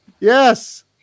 Yes